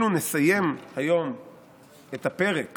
ואם נצליח אנחנו אפילו נסיים היום את הפרק